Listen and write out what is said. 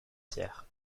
pierre